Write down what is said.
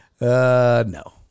No